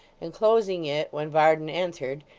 and closing it when varden entered,